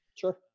sure